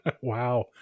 wow